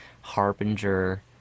Harbinger